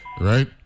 right